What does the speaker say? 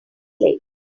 late